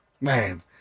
man